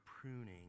pruning